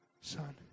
son